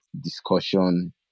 discussion